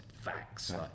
facts